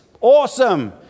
Awesome